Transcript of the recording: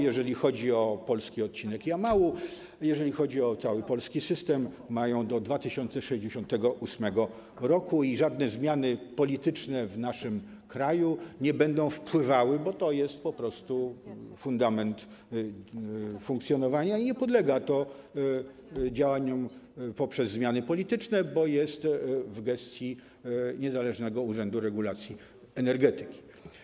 Jeżeli chodzi o polski odcinek Jamału, jeżeli chodzi o cały polski system, ma ją do 2068 r. i żadne zmiany polityczne w naszym kraju nie będą na to wpływały, bo jest to po prostu fundament funkcjonowania i nie podlega to działaniom poprzez zmiany polityczne, bo jest to w gestii niezależnego Urzędu Regulacji Energetyki.